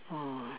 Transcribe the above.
oh